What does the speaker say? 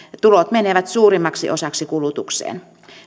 tulot menevät suurimmaksi osaksi kulutukseen